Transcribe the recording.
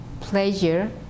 pleasure